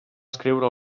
escriure